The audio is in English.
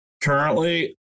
currently